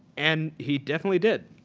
and he definitely did.